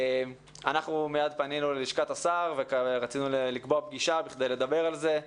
אנחנו מיד פנינו ללשכת השר ורצינו לקבוע פגישה בכדי לדבר על זה.